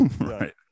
Right